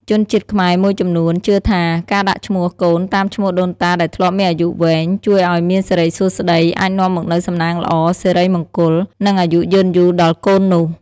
ជនជាតិខ្មែរមួយចំនួនជឿថា ការដាក់ឈ្មោះកូនតាមឈ្មោះដូនតាដែលធ្លាប់មានអាយុវែង ជួយអោយមានសិរីសួស្តី អាចនាំមកនូវសំណាងល្អ សិរីមង្គល និងអាយុយឺនយូរដល់កូននោះ។